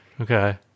Okay